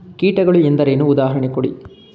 ಕೀಟಗಳು ಎಂದರೇನು? ಉದಾಹರಣೆ ಕೊಡಿ?